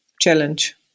challenge